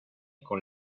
con